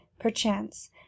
PERCHANCE